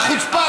איזו חוצפה זאת?